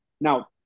Now